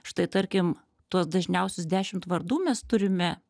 štai tarkim tuos dažniausius dešimt vardų mes turime